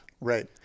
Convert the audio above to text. Right